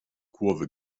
kurve